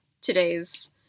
today's